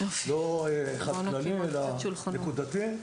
ולא אחד כללי אלא נקודתי.